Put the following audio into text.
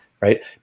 Right